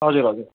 हजुर हजुर